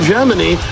Germany